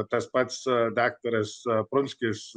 tas pats daktaras prunskis